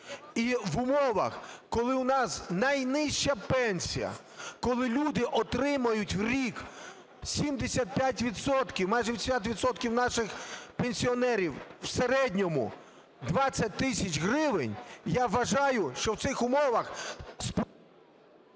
І в умовах, коли у нас найнижча пенсія, коли люди отримують в рік, 75 відсотків, майже 80 відсотків наших пенсіонерів, в середньому 20 тисяч гривень, я вважаю, що в цих умовах…